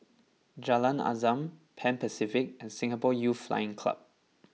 Jalan Azam Pan Pacific and Singapore Youth Flying Club